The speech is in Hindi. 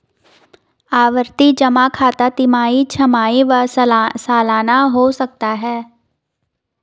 आवर्ती जमा खाता तिमाही, छमाही व सलाना हो सकता है